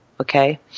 okay